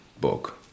book